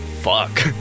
Fuck